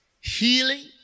Healing